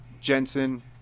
Jensen